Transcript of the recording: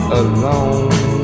alone